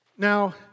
Now